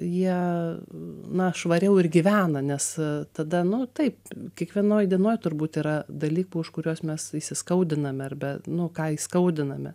jie na švariau ir gyvena nes tada nu taip kiekvienoj dienoj turbūt yra dalykų už kuriuos mes įskaudiname arbe nu ką įskaudiname